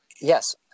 yes